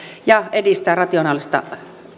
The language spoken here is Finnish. ja edistää rationaalista